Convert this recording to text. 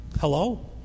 Hello